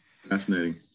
Fascinating